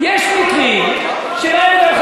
יש מקרים שבהם,